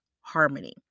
harmony